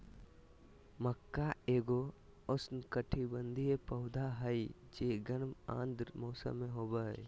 मक्का एगो उष्णकटिबंधीय पौधा हइ जे गर्म आर्द्र मौसम में होबा हइ